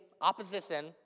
opposition